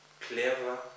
clever